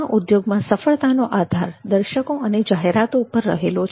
આ ઉદ્યોગમાં સફળતાનો આધાર દર્શકો અને જાહેરાતો પર રહેલો છે